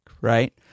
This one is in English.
Right